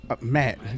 Matt